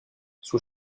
son